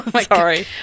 sorry